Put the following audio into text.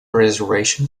reservation